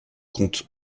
comptent